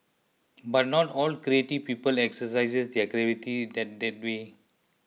but not all creative people exercise their creativity that that way